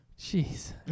Jeez